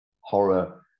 horror